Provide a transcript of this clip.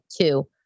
two